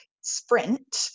sprint